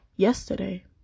yesterday